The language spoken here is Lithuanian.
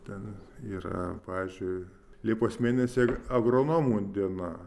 ten yra pavyzdžiui liepos mėnesį agronomų diena